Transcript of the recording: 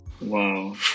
Wow